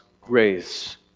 grace